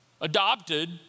adopted